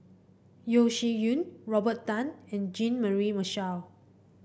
Yeo Shih Yun Robert Tan and Jean Mary Marshall